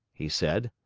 he said.